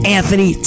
Anthony